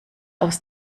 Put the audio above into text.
aus